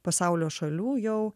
pasaulio šalių jau